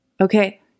Okay